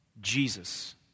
Jesus